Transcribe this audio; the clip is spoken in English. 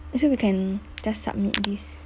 eh so we can just submit this